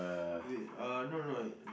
wait uh no no